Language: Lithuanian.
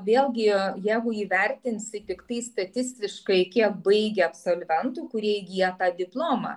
vėlgi jeigu įvertinsi tiktai statistiškai kiek baigia absolventų kurie įgiję tą diplomą